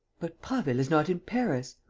but prasville is not in paris.